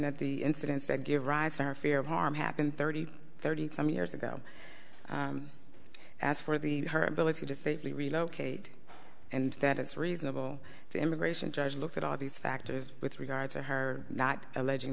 that the incidents that give rise to our fear of harm happened thirty thirty some years ago as for the her ability to safely relocate and that it's reasonable to immigration judge looked at all of these factors with regard to her not alleging